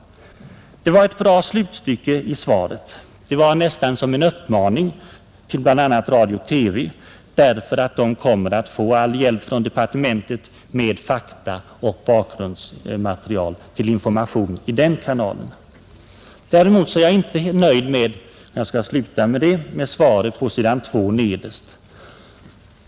Det var ett bra slutstycke i svaret. Det innebar praktiskt taget en uppmaning till bl.a. radio och TV, därför att de tydligen kommer att få all slags hjälp från departementet med fakta och bakgrundsmaterial till information via de kanalerna. Däremot är jag inte nöjd med svaret i näst sista stycket, och jag skall sluta med det.